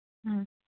ꯎꯝ